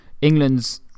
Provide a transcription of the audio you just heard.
England's